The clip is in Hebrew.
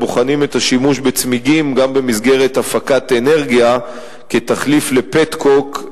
אנחנו בוחנים את השימוש בצמיגים גם במסגרת הפקת אנרגיה כתחליף ל"פטקוק",